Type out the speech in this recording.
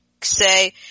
Say